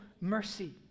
mercy